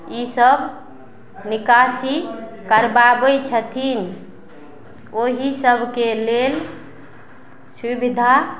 ई सब निकासी करबाबय छथिन ओहि सबके लेल सुविधा